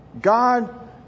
God